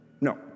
No